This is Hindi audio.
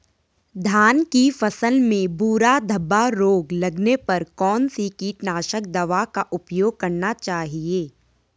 धान की फसल में भूरा धब्बा रोग लगने पर कौन सी कीटनाशक दवा का उपयोग करना चाहिए?